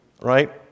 right